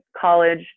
college